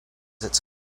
its